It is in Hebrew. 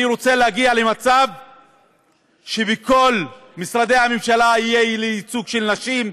אני רוצה להגיע למצב שבכל משרדי הממשלה יהיה ייצוג של נשים,